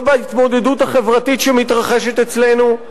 לא בהתמודדות החברתית שמתרחשת אצלנו.